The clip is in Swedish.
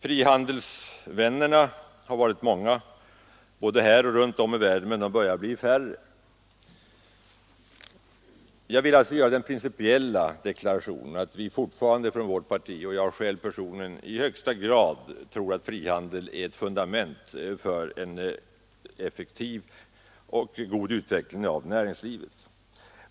Frihandelsvännerna har varit många, både här och runt om i världen, men de börjar bli färre. Jag vill därför göra den principiella deklarationen att vi fortfarande från vårt parti — och jag själv — i allra högsta grad tror att frihandel är ett fundament för en effektiv och god utveckling av näringslivet.